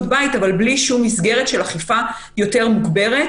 בית אבל בלי שום מסגרת של אכיפה מוגברת יותר,